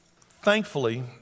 Thankfully